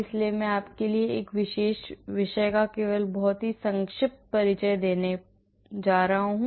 इसलिए मैं आपके लिए इस विशेष विषय का केवल बहुत ही संक्षिप्त परिचय देने जा रहा हूं